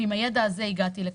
ועם הידע הזה הגעתי לכאן.